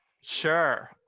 sure